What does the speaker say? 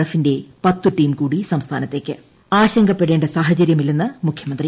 എഫിന്റെ പത്തു ടീം കൂടി സംസ്ഥാനത്തേക്ക് ആശങ്കപ്പെടേണ്ട സാഹചരൃമില്ലെന്ന് മുഖൃമന്ത്രി